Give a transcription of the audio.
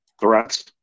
threats